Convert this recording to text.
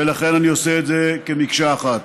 ולכן אני עושה את זה כמקשה אחת.